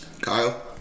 Kyle